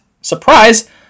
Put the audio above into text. surprise